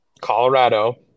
colorado